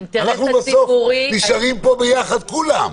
בסוף אנחנו נשארים פה ביחד כולם.